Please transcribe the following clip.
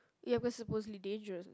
ya because suppose to be dangerous